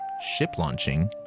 ship-launching